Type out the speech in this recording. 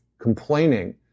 complaining